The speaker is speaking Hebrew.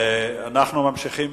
אנחנו ממשיכים.